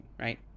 right